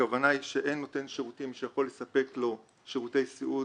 הכוונה היא שאין נותן שירותים שיכול לספק לו שירותי סיעוד